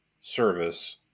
service